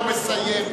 הוא מסיים.